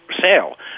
sale